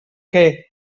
què